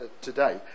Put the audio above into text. today